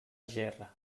gerra